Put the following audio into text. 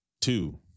Two